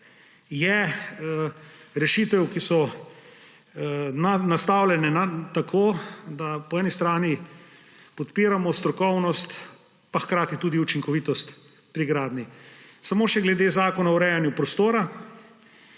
je rešitev, ki so nastavljene tako, da po eni strani podpiramo strokovnost, hkrati pa tudi učinkovitost pri gradnji. Samo še glede zakona o urejanju prostora.